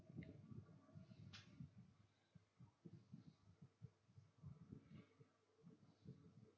you know